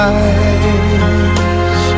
eyes